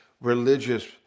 religious